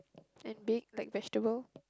and big like vegetable